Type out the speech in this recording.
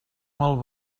mal